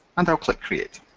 and i'll click create.